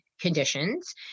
conditions